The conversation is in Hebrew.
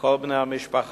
ולכל בני המשפחה.